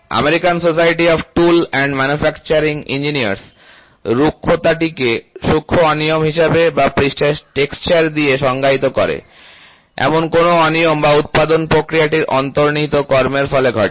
American Society of Tool and Manufacturing Engineers রুক্ষতাটিকে সূক্ষ্ম অনিয়ম হিসাবে বা পৃষ্ঠের টেক্সচার দিয়ে সংজ্ঞায়িত করে এমন কোনও অনিয়ম যা উত্পাদন প্রক্রিয়াটির অন্তর্নিহিত কর্মের ফলে ঘটে